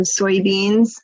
soybeans